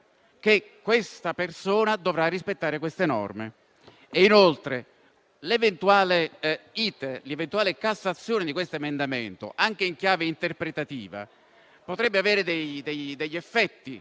che dovrà rispettare queste norme. Inoltre, l'eventuale reiezione dell'emendamento, anche in chiave interpretativa, potrebbe avere degli effetti,